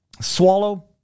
swallow